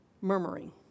murmuring